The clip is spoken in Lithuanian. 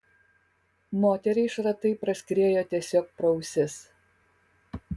moteriai šratai praskriejo tiesiog pro ausis